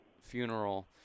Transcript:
funeral